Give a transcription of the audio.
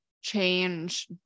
change